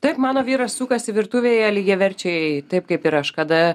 taip mano vyras sukasi virtuvėje lygiaverčiai taip kaip ir aš kada